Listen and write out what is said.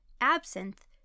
absinthe